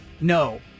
No